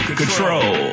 control